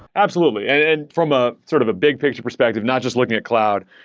absolutely. and and from ah sort of a big picture perspective, not just looking at cloud.